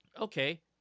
okay